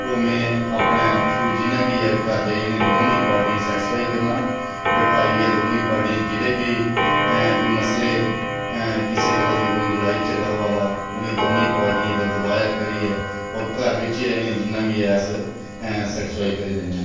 ओह् में अपने थ्रू ओह् जियां बी में घर जाइयै दौनें पार्टियें सेटीसफाई करना बठाइयै दौनें पार्टियें जेहड़े बी कोई मसले हेन किसे गल्ला दे कोई लड़ाई झगड़ा होआ दा उनें दौनें गी पार्टियें गी दबदबा करियै ओर घर बिच ही इनेंगी जिन्ना बी ऐ अस सेटीसफाई करी दिन्ने आं